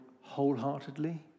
wholeheartedly